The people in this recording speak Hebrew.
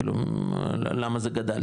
כאילו למה זה גדל,